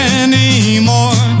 anymore